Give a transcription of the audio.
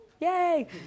Yay